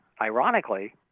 ironically